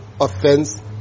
offense